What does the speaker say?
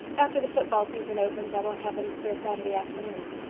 after the football season opens i won't have any spare saturday afternoons.